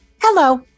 Hello